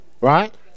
Right